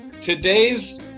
today's